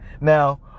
Now